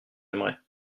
aimerait